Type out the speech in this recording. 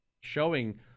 showing